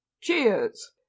Cheers